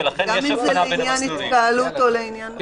גם אם זה לעניין התקהלות או לעניין מוסדות חינוך.